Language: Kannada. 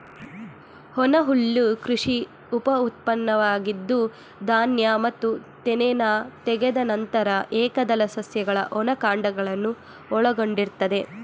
ಒಣಹುಲ್ಲು ಕೃಷಿ ಉಪಉತ್ಪನ್ನವಾಗಿದ್ದು ಧಾನ್ಯ ಮತ್ತು ತೆನೆನ ತೆಗೆದ ನಂತರ ಏಕದಳ ಸಸ್ಯಗಳ ಒಣ ಕಾಂಡಗಳನ್ನು ಒಳಗೊಂಡಿರ್ತದೆ